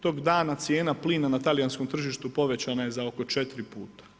Tog dana cijena plina na talijanskom tržištu povećana je za oko 4 puta.